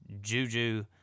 Juju